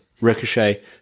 Ricochet